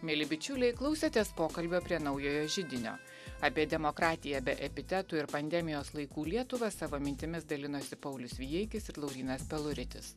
mieli bičiuliai klausėtės pokalbio prie naujojo židinio apie demokratiją be epitetų ir pandemijos laikų lietuvą savo mintimis dalinosi paulius vijeikis ir laurynas peluritis